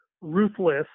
ruthless